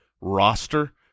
roster